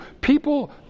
people